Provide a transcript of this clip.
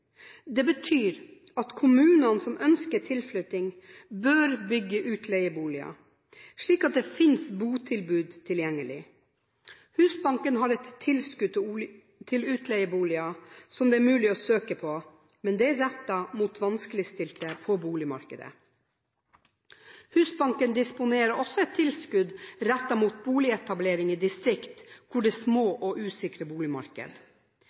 Det betyr at kommunene som ønsker tilflytting, bør bygge utleieboliger, slik at det finnes boligtilbud tilgjengelig. Husbanken har et tilskudd til utleieboliger som det er mulig å søke på, men det er rettet mot vanskeligstilte på boligmarkedet. Husbanken disponerer også et tilskudd rettet mot boligetablering i distrikt hvor det er små og usikre boligmarked.